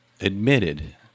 admitted